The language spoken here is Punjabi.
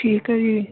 ਠੀਕ ਹੈ ਜੀ